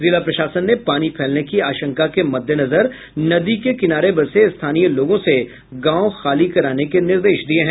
जिला प्रशासन ने पानी फैलने की आशंका के मद्देनजर नदी के किनारे बसे स्थानीय लोगों से गांव खाली कराने के निर्देश दिये हैं